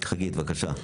חגית, בבקשה.